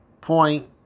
point